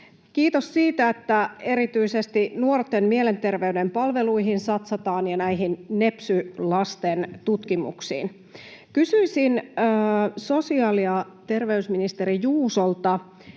Kiitos siitä, että erityisesti nuorten mielenterveyden palveluihin ja näihin nepsy-lasten tutkimuksiin satsataan. Kysyisin sosiaali- ja terveysministeri Juusolta: